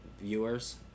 viewers